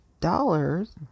Dollars